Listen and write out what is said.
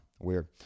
Weird